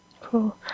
Cool